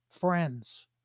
friends